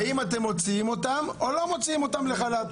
האם אתם מוציאים אותן או לא מוציאים אותן לחל"ת?